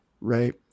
right